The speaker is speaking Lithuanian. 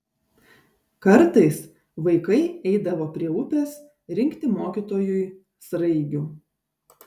kartais vaikai eidavo prie upės rinkti mokytojui sraigių